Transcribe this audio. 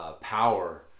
power